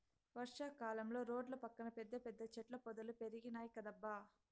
వర్షా కాలంలో రోడ్ల పక్కన పెద్ద పెద్ద చెట్ల పొదలు పెరిగినాయ్ కదబ్బా